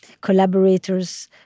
collaborators